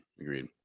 agreed